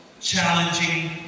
challenging